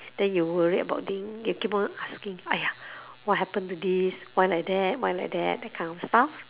then you worried about being if people talking !aiya! what happen to this why like that why like that that kind of stuff